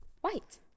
white